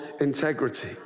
integrity